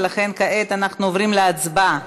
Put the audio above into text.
ולכן כעת אנחנו עוברים להצבעה.